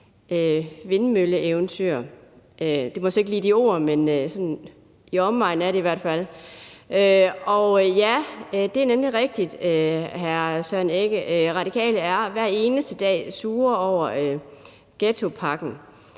vindmølleeventyr. Det var så ikke lige de ord, men det er sådan i omegnen i hvert fald. Og ja, det er nemlig rigtigt, hr. Søren Egge Rasmussen, at Radikale hver eneste dag er sure over ghettopakken.